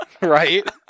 Right